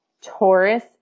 Taurus